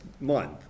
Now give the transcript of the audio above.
month